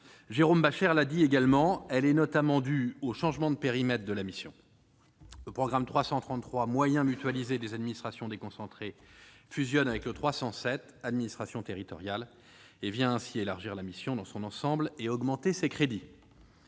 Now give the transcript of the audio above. Jérôme Bascher, cela est notamment dû au changement de périmètre de la mission. Le programme 333, « Moyens mutualisés des administrations déconcentrées », fusionne avec le programme 307, « Administration territoriale », ce qui élargit la mission dans son ensemble et augmente ses crédits.